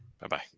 Bye-bye